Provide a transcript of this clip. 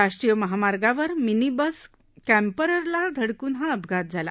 राष्ट्रीय महामार्गावर mini bus क्स्पिरला धडकून हा अपघात झाला